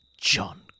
John